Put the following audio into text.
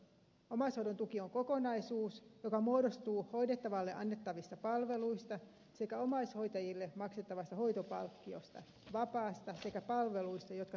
omaishoidon tuki on kokonaisuus joka muodostuu hoidettavalle annettavista palveluista sekä omaishoitajille maksettavasta hoitopalkkiosta vapaasta sekä palveluista jotka tukevat omaishoitoa